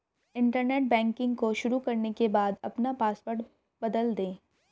internet banking को शुरू करने के बाद अपना पॉसवर्ड बदल दे